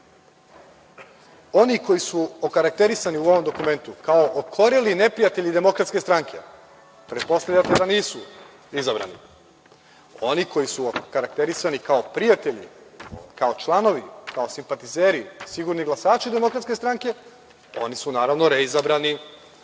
Oni koji su okarakterisani u ovom dokumentu kao okoreli neprijatelji DS, pretpostavljate da nisu izabrani, oni koji su okarakterisani kao prijatelji, kao članovi, kao simpatizeri, sigurni glasači DS, oni su, naravno, reizabrani,